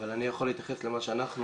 אנחנו --- אם אתה יכול להתייחס למה שאמרו